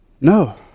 No